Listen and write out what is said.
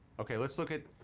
okay, let's look at.